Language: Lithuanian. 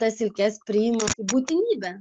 tas silkes priima būtinybę